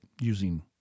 using